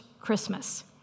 Christmas